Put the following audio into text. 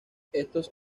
estos